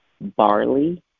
barley